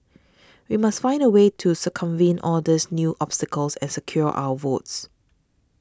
we must find a way to circumvent all these new obstacles and secure our votes